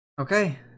Okay